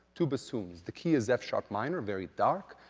two bassoons. the key is f-sharp minor, very dark.